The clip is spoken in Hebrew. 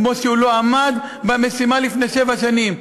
כמו שהוא לא עמד במשימה לפני שבע שנים.